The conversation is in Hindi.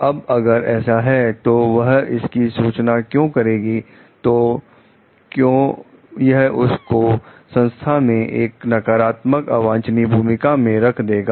तब अगर ऐसा है तो वह इसकी सूचना क्यों करेगी तो क्यों यह उसको संस्थान में एक नकारात्मक अवांछनीय भूमिका में रख देगा